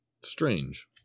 Strange